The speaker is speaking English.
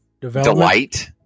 delight